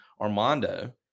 Armando